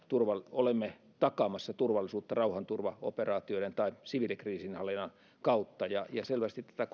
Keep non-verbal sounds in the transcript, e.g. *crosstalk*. olemme takaamassa turvallisuutta rauhanturvaoperaatioiden tai siviilikriisinhallinnan kautta selvästi tätä *unintelligible*